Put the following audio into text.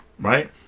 Right